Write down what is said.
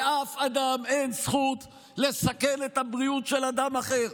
לאף אדם אין זכות לסכן את הבריאות של אדם אחר,